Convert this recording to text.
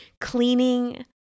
Cleaning